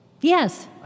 Yes